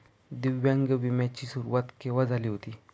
दिव्यांग विम्या ची सुरुवात केव्हा झाली होती?